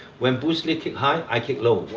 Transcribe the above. when bruce lee kick high, i kick low.